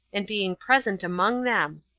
and being present among them.